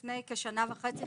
לפני כשנה וחצי,